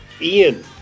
Ian